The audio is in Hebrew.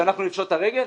שאנחנו נפשוט את הרגל?